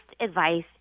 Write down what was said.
advice